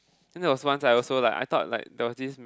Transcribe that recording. and that was one I also like I thought like deotics